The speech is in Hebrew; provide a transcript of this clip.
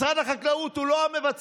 משרד החקלאות הוא לא המבצע.